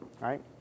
right